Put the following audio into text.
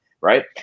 right